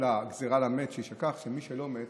הגזרה על מת שיישכח, שמי שלא מת